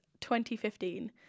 2015